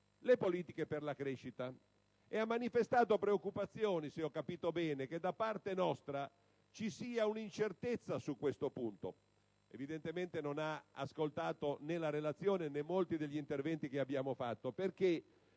le politiche per la crescita. Se ho capito bene, egli ha manifestato preoccupazione che da parte nostra ci sia un'incertezza su questo punto. Evidentemente, non ha ascoltato né la relazione né molti degli interventi che abbiamo fatto, perché